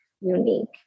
unique